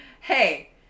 Hey